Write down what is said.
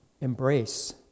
embrace